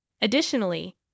Additionally